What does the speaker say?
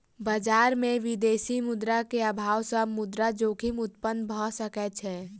बजार में विदेशी मुद्रा के अभाव सॅ मुद्रा जोखिम उत्पत्ति भ सकै छै